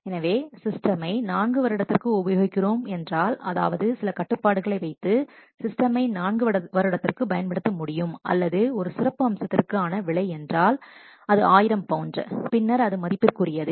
எனவே சிஸ்டமை நான்கு வருடத்திற்கு உபயோகிக்கிறோம் என்றால் அதாவது சில கட்டுப்பாடுகளை வைத்து சிஸ்டமை நான்கு வருடத்திற்கு பயன்படுத்த முடியும் அல்லது ஒரு சிறப்பு அம்சத்திற்கு ஆன விலை என்றால் அது ஆயிரம் பவுண்ட் பின்னர் அது மதிப்பிற்குரியது